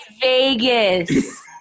Vegas